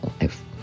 life